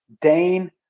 Dane